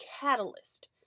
catalyst